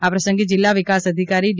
આ પ્રસંગે જિલ્લા વિકાસ અધિકારી ડી